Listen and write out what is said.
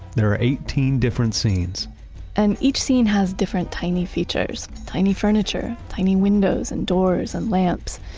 there are eighteen different scenes and each scene has different tiny features, tiny furniture, tiny windows and doors and lamps.